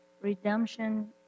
Redemption